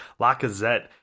Lacazette